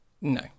No